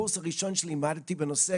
הקורס הראשון שלימדתי בנושא